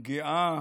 גאה